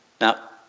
Now